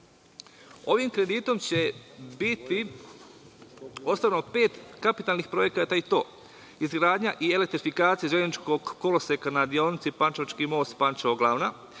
kreditom će biti ostvareno pet kapitalnih projekata i to: izgradnja i elektrifikacija železničkog koloseka na deonici Pančevački most – Pančevo – Glavna,